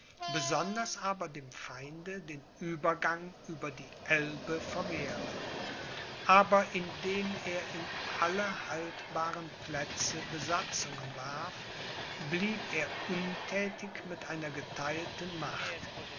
besonders aber dem feinde den uebergang über die elbe verwehren aber indem er in alle haltbaren plätze besatzungen warf blieb er unthätig mit einer getheilten macht